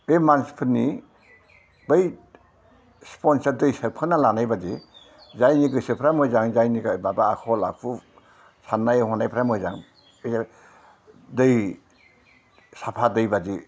बे मानसिफोरनि बै स्पन्जआ दै सोबख'ना लानाय बायदि जायनि गोसोफ्रा मोजां जायो जायनि आखल आखु साननाय हनायफ्रा मोजां बे दै साफा दै बादि